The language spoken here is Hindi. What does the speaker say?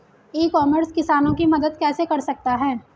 ई कॉमर्स किसानों की मदद कैसे कर सकता है?